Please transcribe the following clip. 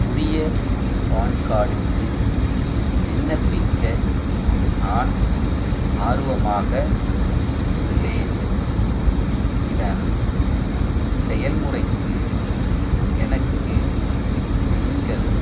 புதிய பான் கார்டுக்கு விண்ணப்பிக்க நான் ஆர்வமாக உள்ளேன் இதன் செயல்முறைக்கு எனக்கு நீங்கள்